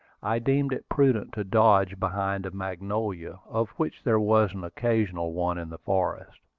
i deemed it prudent to dodge behind a magnolia, of which there was an occasional one in the forest.